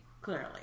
clearly